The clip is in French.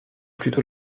plutôt